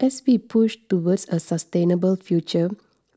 as we push towards a sustainable future